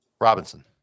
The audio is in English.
Robinson